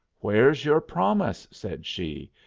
where's your promise? said she.